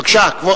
בבקשה.